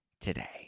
today